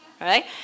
right